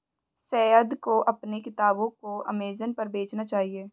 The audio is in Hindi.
सैयद को अपने किताबों को अमेजन पर बेचना चाहिए